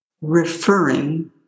referring